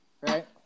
right